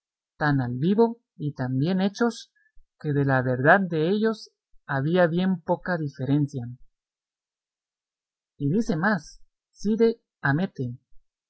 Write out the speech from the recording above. tan al vivo y tan bien hechos que de la verdad a ellos había bien poca diferencia y dice más cide hamete